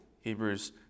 Hebrews